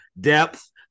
depth